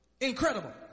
Incredible